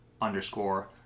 underscore